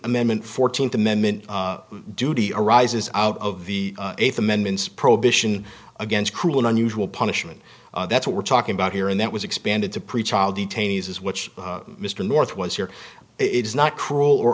amendment fourteenth amendment duty arises out of the eighth amendments prohibition against cruel and unusual punishment that's what we're talking about here and that was expanded to preach child detainees as which mr north was here it is not cruel or